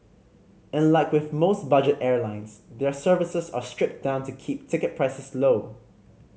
and like with most budget airlines their services are stripped down to keep ticket prices low